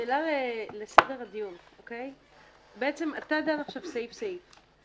שאלה לסדר הדיון: בעצם אתה דן עכשיו סעיף סעיף.